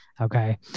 Okay